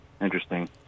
Interesting